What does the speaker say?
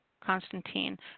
Constantine